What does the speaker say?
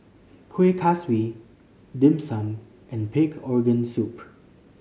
Kuih Kaswi Dim Sum and pig organ soup